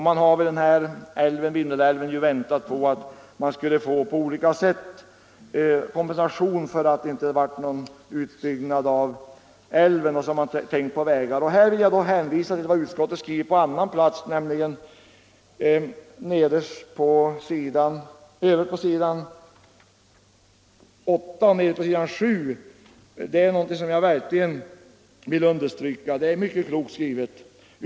Man har vid denna älv väntat länge på att på olika sätt få kompensation för att det inte blivit någon utbyggnad av älven, och man har då tänkt på vägar. Jag vill i det här sammanhanget hänvisa till vad utskottet skriver på annan plats, nederst på s. 7. Det är någonting som jag verkligen vill understryka. Det är mycket klokt skrivet.